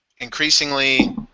increasingly –